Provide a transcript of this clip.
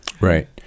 Right